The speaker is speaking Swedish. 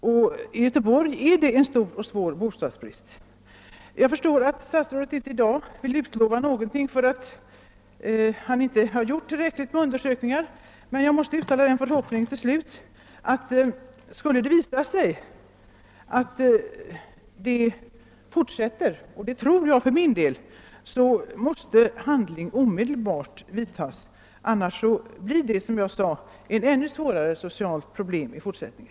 I Göteborg föreligger en sådan stor och svår bostadsbrist. Jag inser att statsrådet i dag inte kan utlova något, eftersom han inte gjort tillräckliga undersökningar, men jag måste till slut uttala den förhoppningen att, om missförhållandena fortsätter — vilket jag för min del tror — man omedelbart skall skrida till handling. Annars blir detta, såsom jag framhållit, ett ännu svårare socialt problem i fortsättningen.